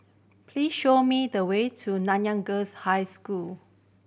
please show me the way to Nanyang Girls' High School